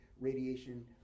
Radiation